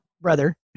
brother